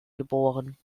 geboren